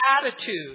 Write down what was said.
attitude